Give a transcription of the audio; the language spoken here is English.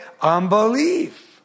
Unbelief